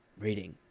reading